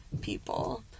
people